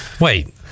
wait